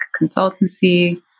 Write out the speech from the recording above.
consultancy